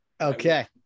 Okay